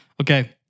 Okay